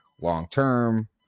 long-term